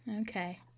Okay